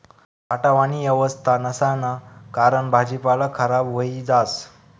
साठावानी येवस्था नसाना कारण भाजीपाला खराब व्हयी जास